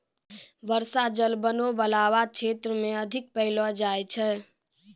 बर्षा जल बनो बाला क्षेत्र म अधिक पैलो जाय छै